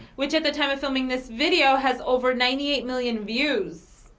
which at the time of filming this video, has over ninety eight million views.